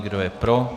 Kdo je pro?